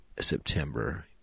September